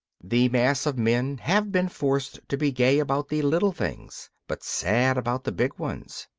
the mass of men have been forced to be gay about the little things, but sad about the big ones.